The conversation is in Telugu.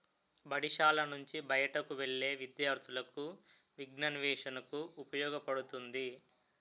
బడిశాల నుంచి బయటకు వెళ్లే విద్యార్థులకు విజ్ఞానాన్వేషణకు ఉపయోగపడుతుంది